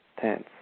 tense